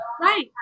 right